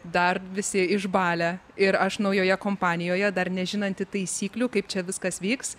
dar visi išbalę ir aš naujoje kompanijoje dar nežinanti taisyklių kaip čia viskas vyks